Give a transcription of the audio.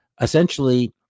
essentially